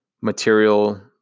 material